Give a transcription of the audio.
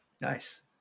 Nice